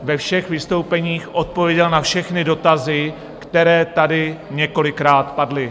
Ve všech vystoupeních odpověděl na všechny dotazy, které tady několikrát padly.